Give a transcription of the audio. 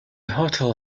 hotel